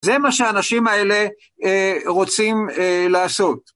זה מה שהאנשים האלה רוצים לעשות.